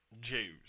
Jews